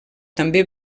també